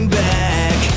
back